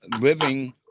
living